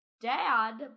Dad